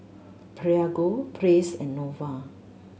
Prego Praise and Nova